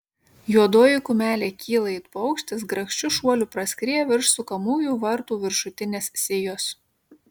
juodoji kumelė kyla it paukštis grakščiu šuoliu praskrieja virš sukamųjų vartų viršutinės sijos